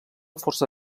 força